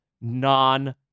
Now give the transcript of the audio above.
non